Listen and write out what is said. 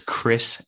Chris